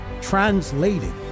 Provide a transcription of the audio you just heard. translating